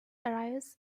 arrives